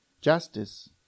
justice